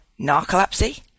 narcolepsy